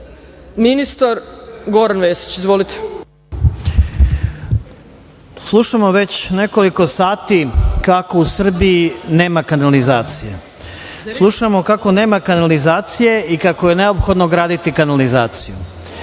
ministar Goran Vesić. **Goran Vesić** Slušamo već nekoliko sati kako u Srbiji nema kanalizacije i slušamo kako nema kanalizacije i kako je neophodno graditi kanalizaciju.